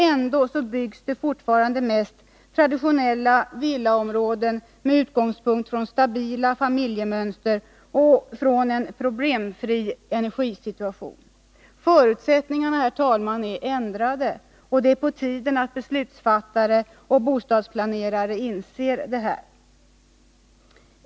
Ändå byggs det fortfarande mest traditionella villaområden med utgångspunkt från stabila familjemönster och från en problemfri energisituation. Förutsättningarna, herr talman, är ändrade, och det är på tiden att beslutsfattare och bostadsplanerare inser detta.